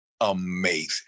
amazing